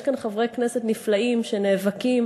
יש כאן חברי כנסת נפלאים שנאבקים